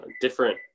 different